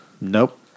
nope